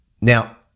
Now